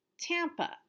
Tampa